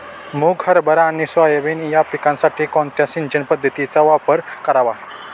मुग, हरभरा आणि सोयाबीन या पिकासाठी कोणत्या सिंचन पद्धतीचा वापर करावा?